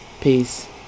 Peace